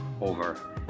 over